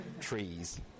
trees